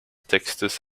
textes